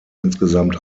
insgesamt